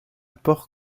port